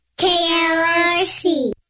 KLRC